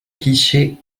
clichés